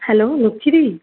hello লক্ষ্মীদি